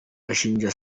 ashinja